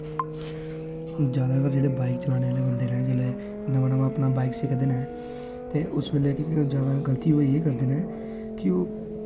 जादै जेह्ड़े बाईक चलाने आह्ले बंदे न ते ओह् बाईक्स सिखदे न ते उसलै जादै ओह् गलती एह् करदे न कि